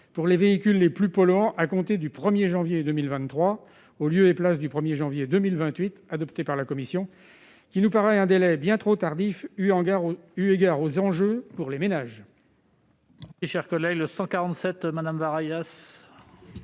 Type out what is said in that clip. pour les véhicules les plus polluants à compter du 1 janvier 2023. La date du 1 janvier 2028, retenue par la commission, nous paraît bien trop tardive eu égard aux enjeux pour les ménages.